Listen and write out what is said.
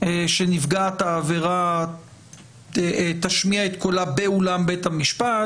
שנפגעת העבירה תשמיע את קולה באולם בית המשפט.